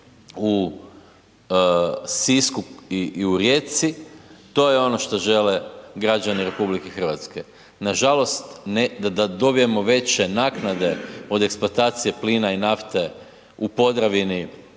u Sisku i u Rijeci, to je ono što žele građani RH. Nažalost da dobijemo veće naknade od eksploatacije plina i nafte u Podravini